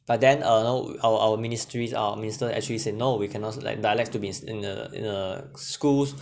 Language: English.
but then uh you know our our ministries our minister actually said no we cannot let dialects to be in a in schools